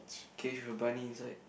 okay have a bunny inside